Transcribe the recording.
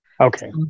Okay